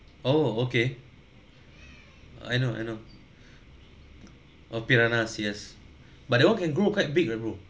oh okay I know I know oh piranhas yes but that one can grow quite big ah bro